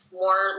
more